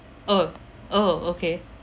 orh orh okay